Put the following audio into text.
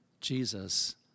Jesus